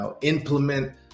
implement